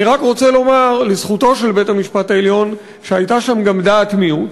אני רק רוצה לומר לזכותו של בית-המשפט העליון שהייתה שם גם דעת מיעוט,